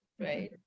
Right